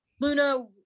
Luna